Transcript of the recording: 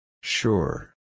Sure